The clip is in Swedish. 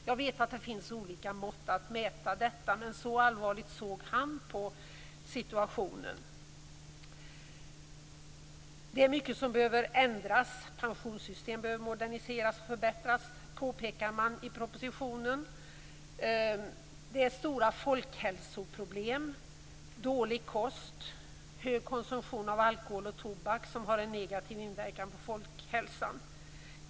Jag vet att det finns olika mått för att mäta detta, men så allvarligt såg han på situationen. Det är mycket som behöver ändras. Pensionssystemet behöver moderniseras och förbättras, påpekar man i propositionen. Det är stora folkhälsoproblem. Dålig kost, hög konsumtion av alkohol och tobak har en negativ inverkan på folkhälsan.